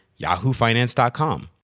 yahoofinance.com